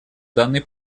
данный